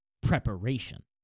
preparation